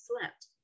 slept